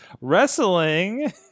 Wrestling